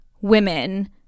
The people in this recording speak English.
women